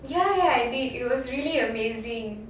ya ya I did it was really amazing